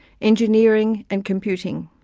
engineering and computing.